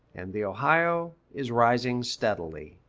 and the ohio is rising steadily.